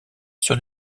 sur